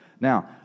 now